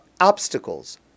obstacles